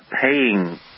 paying